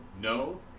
no